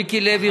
מיקי לוי,